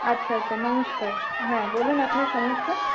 আচ্ছা আচ্ছা নমস্কার হ্যাঁ বলুন আপনার সমস্যা